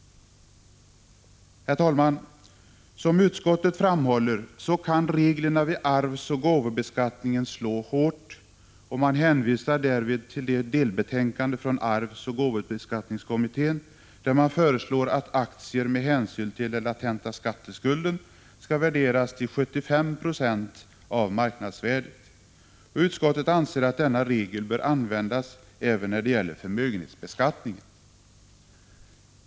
Herr talman! Som utskottet framhåller kan reglerna vid arvsoch gåvobeskattningen slå hårt, och man hänvisar därvid till det delbetänkande från arvsoch gåvoskattekommittén där man föreslår att aktier med hänsyn till den latenta skatteskulden skall värderas till 75 70 av marknadsvärdet. Utskottet anser att denna regel bör användas även när det gäller förmögenhetsbeskattningen.